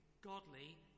godly